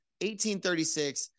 1836